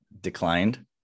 declined